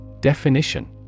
Definition